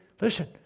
listen